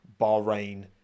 Bahrain